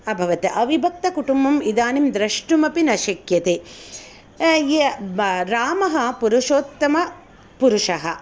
अभवत् अविभक्तकुटुम्बम् इदानीं द्रष्टुमपि न शक्यते रामः पुरुषोत्तमपुरुषः